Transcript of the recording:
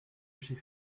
j’ai